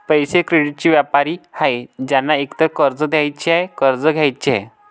पैसे, क्रेडिटचे व्यापारी आहेत ज्यांना एकतर कर्ज घ्यायचे आहे, कर्ज द्यायचे आहे